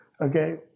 okay